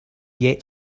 yet